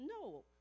No